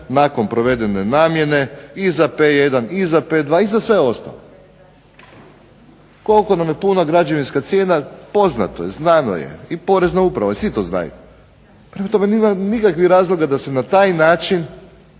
nakon provedene namjene i za P1 i 2 i za sve ostalo. Koliko nam je puna građevinska cijena poznato nam je znano je i porezna uprava i svi to znaju. Prema tome, nema nikakvog razloga da se na taj način